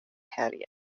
helje